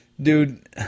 dude